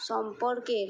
সম্পর্কের